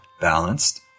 balanced